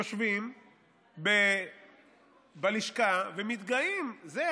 יושבים בלשכה ומתגאים: זה,